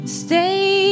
stay